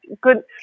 good